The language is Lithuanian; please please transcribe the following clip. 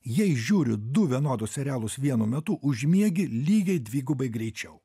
jei žiūriu du vienodus serialus vienu metu užmiegi lygiai dvigubai greičiau